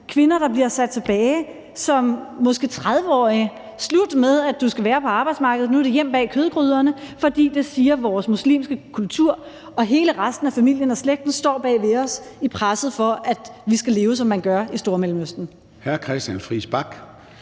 kvinder, der bliver sat tilbage som måske 30-årige. Man siger: Slut med, at du skal være på arbejdsmarkedet. Nu er det hjem bag kødgryderne, for det siger vores muslimske kultur, og hele resten af familien og slægten står bag os i presset for, at vi skal leve, som man gør i Stormellemøsten.